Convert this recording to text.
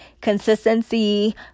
consistency